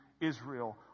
Israel